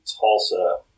Tulsa